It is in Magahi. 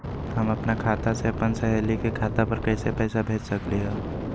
हम अपना खाता से अपन सहेली के खाता पर कइसे पैसा भेज सकली ह?